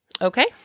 Okay